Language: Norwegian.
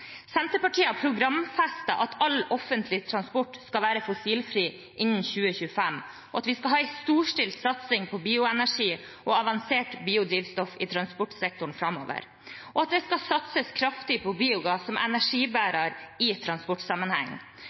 Senterpartiet har programfestet at all offentlig transport skal være fossilfri innen 2025, at vi skal ha en storstilt satsing på bioenergi og avansert biodrivstoff i transportsektoren framover, og at det skal satses kraftig på biogass som energibærer i transportsammenheng.